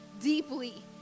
deeply